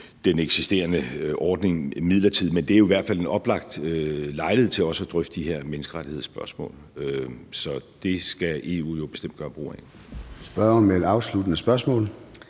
den eksisterende ordning midlertidigt, men det er jo i hvert fald en oplagt lejlighed til også at drøfte de her menneskerettighedsspørgsmål. Så det skal EU jo bestemt gøre brug af.